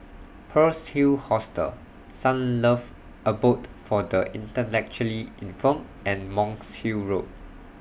Pearl's Hill Hostel Sunlove Abode For The Intellectually Infirmed and Monk's Hill Road